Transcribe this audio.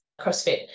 CrossFit